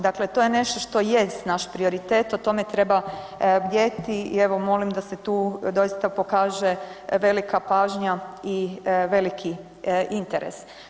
Dakle, to je nešto što jest naš prioritet o tome treba bdjeti i evo molim da se tu doista pokaže velika pažnja i veliki interes.